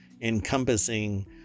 encompassing